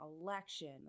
election